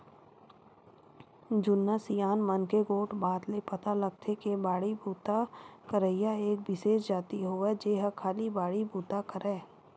जुन्ना सियान मन के गोठ बात ले पता लगथे के बाड़ी बूता करइया एक बिसेस जाति होवय जेहा खाली बाड़ी बुता करय